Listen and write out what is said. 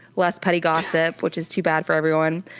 less petty gossip, which is too bad for everyone.